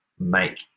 make